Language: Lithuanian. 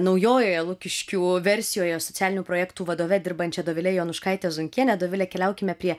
naujojoje lukiškių versijoje socialinių projektų vadove dirbančia dovile jonuškaite zunkienė dovile keliaukime prie